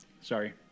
Sorry